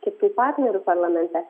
kitų partnerių parlamente